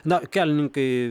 na kelininkai